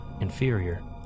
inferior